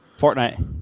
Fortnite